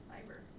fiber